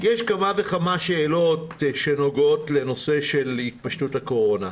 יש כמה וכמה שאלות שנוגעות לנושא של התפשטות הקורונה.